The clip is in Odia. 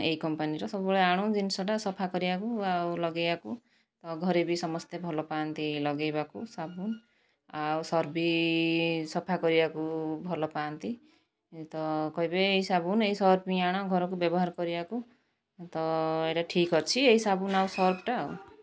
ଏଇ କମ୍ପାନୀର ସବୁବେଳେ ଆଣୁ ଜିନିଷଟା ସଫା କରିବାକୁ ଆଉ ଲଗେଇବାକୁ ଆଉ ଘରେ ବି ସମସ୍ତେ ଭଲ ପାଆନ୍ତି ଲଗେଇବାକୁ ସାବୁନ ଆଉ ସର୍ଫ ବି ସଫା କରିବାକୁ ଭଲ ପାଆନ୍ତି ତ କହିବେ ଏଇ ସାବୁନ ଏଇ ସର୍ଫ ହିଁ ଆଣ ଘରକୁ ବ୍ୟବହାର କରିବାକୁ ତ ଏଇଟା ଠିକ ଅଛି ଏଇ ସାବୁନ ଆଉ ସର୍ଫଟା